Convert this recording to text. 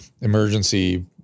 emergency